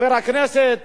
חבר הכנסת